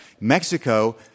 Mexico